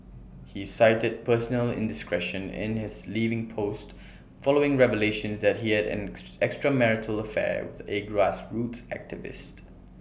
he cited personal indiscretion in his leaving post following revelations that he had an ex extramarital affair with A grassroots activist